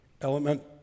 element